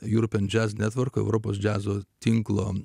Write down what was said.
jų spendžiantis netvarka europos džiazo tinklo